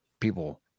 People